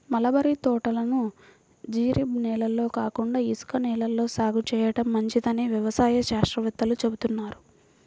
mulberry తోటలను జరీబు నేలల్లో కాకుండా ఇసుక నేలల్లో సాగు చేయడం మంచిదని వ్యవసాయ శాస్త్రవేత్తలు చెబుతున్నారు